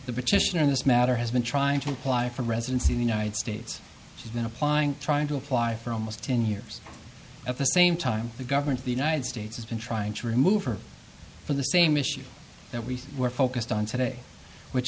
in this matter has been trying to apply for residency in the united states she's been applying trying to apply for almost ten years at the same time the government of the united states has been trying to remove her from the same issue that we were focused on today which